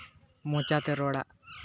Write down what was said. ᱢᱚᱪᱟᱛᱮ ᱨᱚᱲᱟᱜ